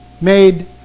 made